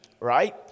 Right